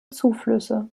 zuflüsse